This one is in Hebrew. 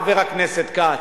חבר הכנסת כץ,